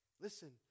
Listen